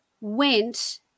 went